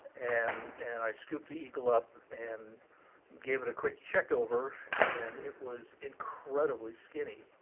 and and i scooped the eagle up and gave it a quick check over and it was incredibly skinny.